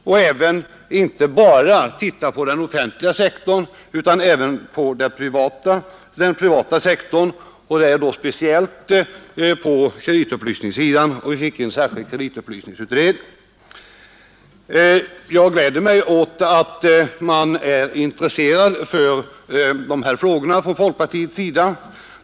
Det var inte bara den offentliga sektorn som skulle granskas utan även den privata, speciellt på kreditupplysningssidan. Vi fick ocksa en särskild kreditupplysningsutredning. Jag gläder mig åt att man är intresserad för de här frågorna i folkpartiet.